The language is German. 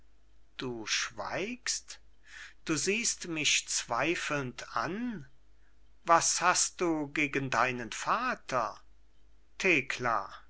du schweigst du siehst mich zweifelnd an was hast du gegen deinen vater